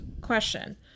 question